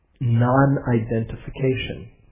non-identification